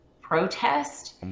protest